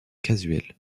casuel